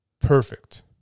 perfect